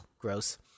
Gross